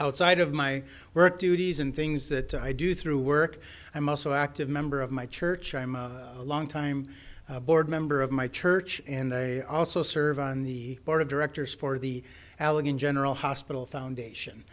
outside of my work duties and things that i do through work a muscle active member of my church i'm a longtime board member of my church and i also serve on the board of directors for the allegheny general hospital